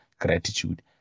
gratitude